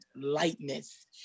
lightness